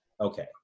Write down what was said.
Okay